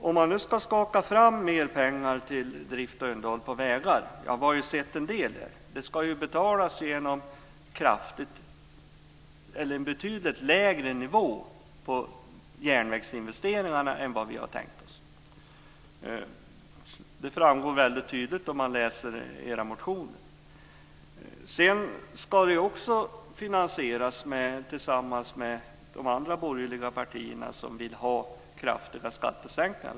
Om man nu ska skaka fram mer pengar till drift och underhåll av vägar, ska det ju betalas genom en betydligt lägre nivå på järnvägsinvesteringarna än vad vi har tänkt oss. Det framgår väldigt tydligt när man läser era motioner. Det ska ju också finansieras tillsammans med de andra borgerliga partierna som vill ha kraftiga skattesänkningar.